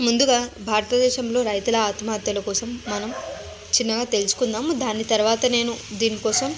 ముందుగా భారతదేశంలో రైతుల ఆత్మహత్యల కోసం మనం చిన్నగా తెలుసుకుందాం దాని తర్వాత నేను దీని కోసం